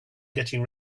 getting